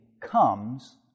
comes